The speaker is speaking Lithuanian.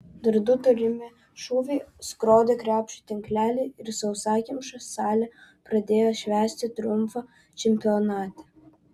dar du tolimi šūviai skrodė krepšio tinklelį ir sausakimša salė pradėjo švęsti triumfą čempionate